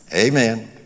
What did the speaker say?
Amen